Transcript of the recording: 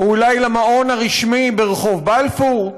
או אולי למעון הרשמי ברחוב בלפור?